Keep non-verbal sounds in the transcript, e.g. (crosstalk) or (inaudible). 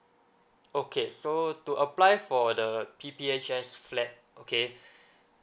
okay so to apply for the P_P_H_S flat okay (breath)